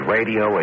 Radio